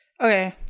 Okay